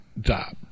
job